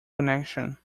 connection